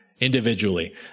Individually